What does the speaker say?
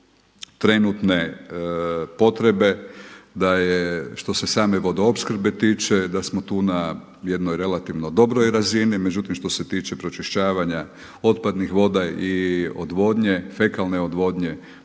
trenutne potrebe da je što se same vodoopskrbe tiče da smo tu na jednoj relativno dobroj razini, međutim što se tiče pročišćavanja otpadnih voda i odvodnje, fekalne odvodnje